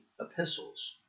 epistles